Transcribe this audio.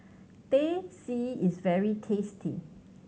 Teh C is very tasty